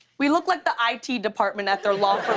we look like the i t. department at their law